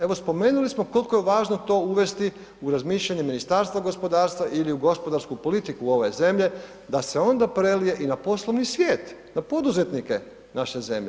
Evo spomenuli smo koliko je važno to uvesti u razmišljanje u Ministarstva gospodarstva ili u gospodarsku politiku ove zemlje, da se onda prelije i na poslovni svijet, na poduzetnike naše zemlje?